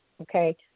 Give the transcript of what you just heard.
Okay